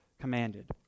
commanded